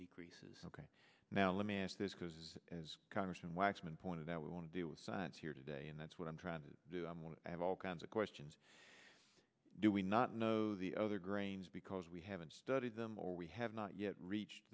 decreases ok now let me ask this because as congressman waxman pointed out we want to deal with science here today and that's what i'm trying to do i'm going to have all kinds of questions do we not know the other grains because we haven't studied them or we have not yet reached